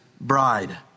Bride